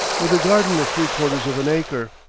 with a garden of three quarters of an acre.